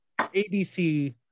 ABC